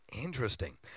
Interesting